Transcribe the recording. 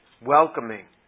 Welcoming